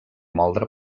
moldre